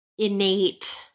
innate